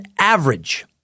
average